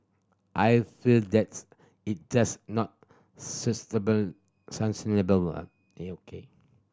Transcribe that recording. I feel that it's just not